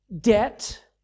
debt